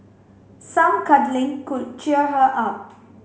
some cuddling could cheer her up